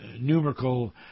numerical